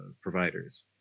providers